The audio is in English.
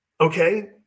Okay